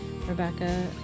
Rebecca